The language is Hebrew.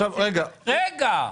רגע.